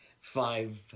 five